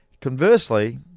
Conversely